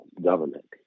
government